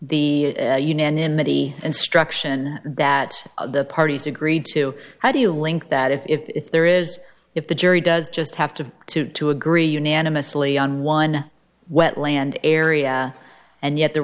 the union in maybe instruction that the parties agreed to how do you link that if there is if the jury does just have to to to agree unanimously on one wetland area and yet the